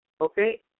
Okay